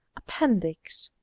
appendix.